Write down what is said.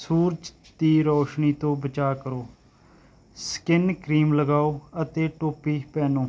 ਸੂਰਜ ਦੀ ਰੋਸ਼ਨੀ ਤੋਂ ਬਚਾਅ ਕਰੋ ਸਕਿਨ ਕਰੀਮ ਲਗਾਓ ਅਤੇ ਟੋਪੀ ਪਹਿਨੋ